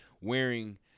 wearing